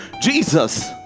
jesus